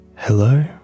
Hello